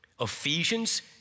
Ephesians